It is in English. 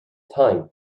time